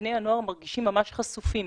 בני הנוער מרגישים ממש חשופים